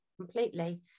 completely